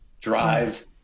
drive